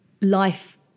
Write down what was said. life